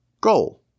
goal